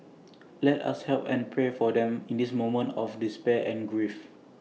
let us help and pray for them in this moment of despair and grief